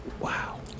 Wow